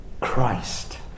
Christ